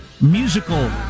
musical